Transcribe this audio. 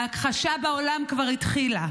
ההכחשה בעולם כבר התחילה,